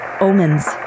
omens